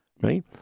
Right